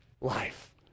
Life